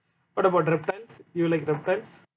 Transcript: what about reptiles you like reptiles